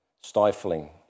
stifling